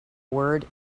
word